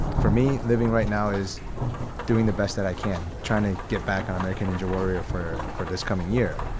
for me, living right now is doing the best that i can, trying to get back on american injured warrior four for this coming year.